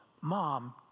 mom